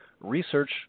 Research